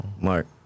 Mark